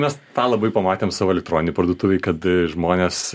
mes tą labai pamatėm savo elektroninėj parduotuvėj kad žmonės